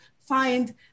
find